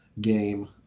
Game